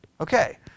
Okay